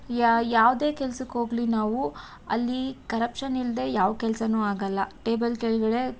ಯಾ ಯಾವುದೇ ಕೆಲ್ಸಕ್ಕೆ ಹೋಗ್ಲಿ ನಾವು ಅಲ್ಲಿ ಕರಪ್ಷನ್ ಇಲ್ಲದೇ ಯಾವ ಕೆಲ್ಸವೂ ಆಗೋಲ್ಲ ಟೇಬಲ್ ಕೆಳಗಡೆ